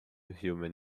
human